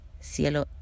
Cielo